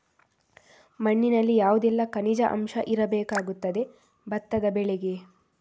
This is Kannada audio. ಮಣ್ಣಿನಲ್ಲಿ ಯಾವುದೆಲ್ಲ ಖನಿಜ ಅಂಶ ಇರಬೇಕಾಗುತ್ತದೆ ಭತ್ತದ ಬೆಳೆಗೆ?